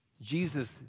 Jesus